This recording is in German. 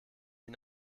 ihn